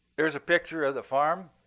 here's a picture of the farm.